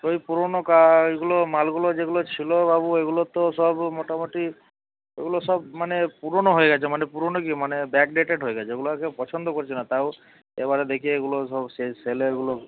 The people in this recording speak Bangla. ওই পুরনো ওইগুলো মালগুলো যেগুলো ছিলো বাবু ওইগুলো তো সব মোটামুটি ওগুলো সব মানে পুরোনো হয়ে গেছে মানে পুরোনো কি মানে ব্যাকডেটেড হয়ে গেছে ওগুলো আর কেউ পছন্দ করছে না তাও এবারে দেখি এগুলো সব সেলে এগুলো